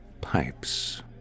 pipes